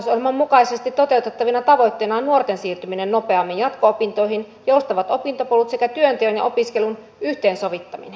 hallitusohjelman mukaisesti toteutettavina tavoitteina ovat nuorten siirtyminen nopeammin jatko opintoihin joustavat opintopolut sekä työnteon ja opiskelun yhteensovittaminen